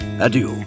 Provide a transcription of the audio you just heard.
Adieu